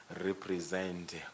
represent